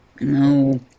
no